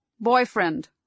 Boyfriend